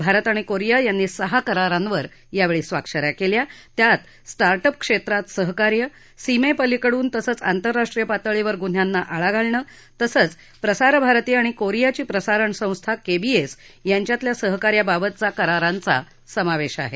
भारत आणि कोरिया यांनी सहा करारांवर स्वाक्ष या केल्या त्यात स्टार्ट अप क्षेत्रात सहकार्य सीमेपलीकडून तसंच आंतरराष्ट्रीय पातळीवर गुन्ह्यांना आळा घालणं तसंच प्रसारभारती आणि कोरियाची प्रसारण संस्था केबीएस यांच्यातल्या सहकार्याबाबतचा करारांचा समावेश आहे